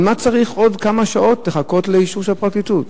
כמה שעות עוד צריך לחכות לאישור של הפרקליטות?